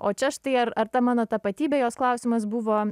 o čia štai ar ar ta mano tapatybė jos klausimas buvo